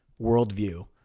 worldview